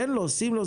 שים לו.